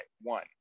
one